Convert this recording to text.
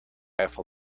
eiffel